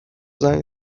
زنگ